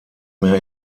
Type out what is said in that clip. mehr